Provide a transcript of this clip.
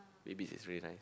A B C is very nice